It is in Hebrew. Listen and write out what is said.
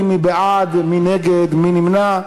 בבקשה.